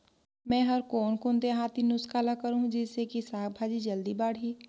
मै हर कोन कोन देहाती नुस्खा ल करहूं? जिसे कि साक भाजी जल्दी बाड़ही?